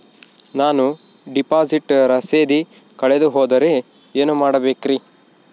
ನಾನು ಡಿಪಾಸಿಟ್ ರಸೇದಿ ಕಳೆದುಹೋದರೆ ಏನು ಮಾಡಬೇಕ್ರಿ?